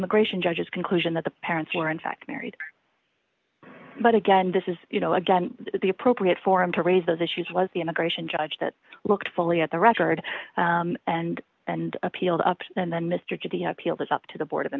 immigration judges conclusion that the parents are in fact married but again this is you know again the appropriate forum to raise those issues was the immigration judge that looked fully at the record and and appealed up and then mr judy appealed it up to the board of